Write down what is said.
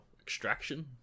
Extraction